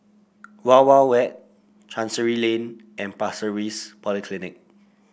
Wild Wild Wet Chancery Lane and Pasir Ris Polyclinic